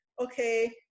okay